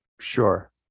Sure